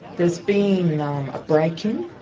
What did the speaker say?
there's been um a break-in